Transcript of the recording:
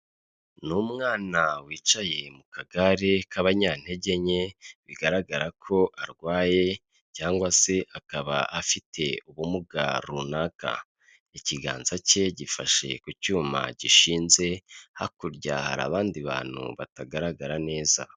Ni umwana wicaye mu kagare k'abanyantege nke, bigaragara ko arwaye cyangwa se akaba afite ubumuga runaka, ikiganza cye gifashe ku cyuma gishinze, hakurya hari abandi bantu batagaragara neza.